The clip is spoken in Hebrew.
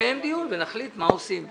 נקיים דיון ונחליט מה עושים.